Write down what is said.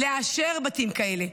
לאשר בתים כאלה.